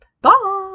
bye